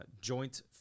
joint